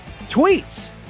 tweets